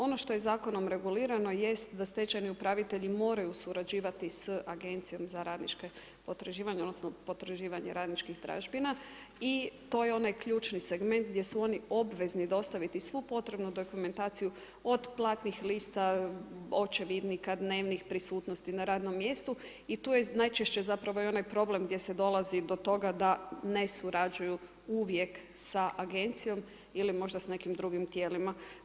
Ono što je zakonom regulirano, jest da stečajni upravitelji moraju surađivati s agencijom za radnička potraživanja, odnosno potraživanja radničkih dražbina i to je onaj ključni segment gdje su oni obvezni dostaviti svu potrebnu dokumentaciju, od platnih lista, očevidnika, dnevnik prisutnosti na radnom mjestu i tu je najčešće, zapravo i onaj problem gdje se dolazi do toga da ne surađuju uvijek sa agencijom ili možda s nekim drugim tijelima.